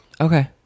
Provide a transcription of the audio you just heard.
Okay